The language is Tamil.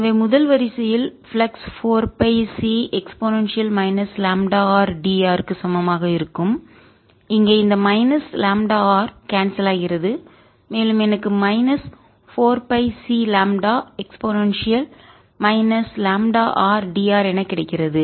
எனவே முதல் வரிசையில் flux 4 pi C e λr dR க்கு சமமாக இருக்கும்இங்கே இந்த மைனஸ் லாம்ப்டா R கான்செல் ஆகிறது மேலும் எனக்கு minus 4 pi C lambda e λr dR என கிடைக்கிறது